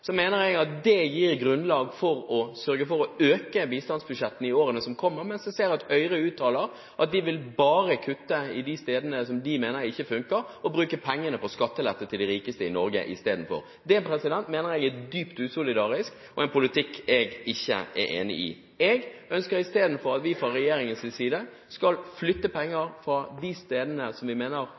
Så mener jeg at det gir grunnlag for å sørge for å øke bistandsbudsjettene i årene som kommer, mens jeg ser at Høyre uttaler at de bare vil kutte der de mener det ikke funker, og bruke pengene på skattelette til de rikeste i Norge istedenfor. Det mener jeg er dypt usolidarisk og en politikk jeg ikke er enig i. Jeg ønsker istedenfor at vi fra regjeringens side skal flytte penger fra de stedene som vi mener